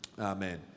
Amen